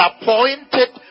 appointed